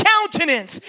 countenance